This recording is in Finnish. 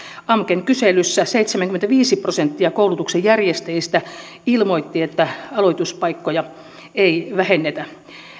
amken kyselyssä seitsemänkymmentäviisi prosenttia koulutuksen järjestäjistä ilmoitti että aloituspaikkoja ei vähennetä